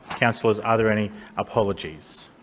councillors, are there any apologies?